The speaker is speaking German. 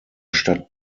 stadt